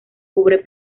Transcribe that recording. cubren